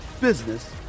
business